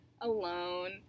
alone